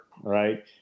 Right